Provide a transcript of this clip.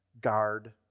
guard